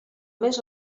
més